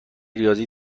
ریاضی